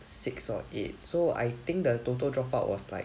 six or eight so I think the total drop out was like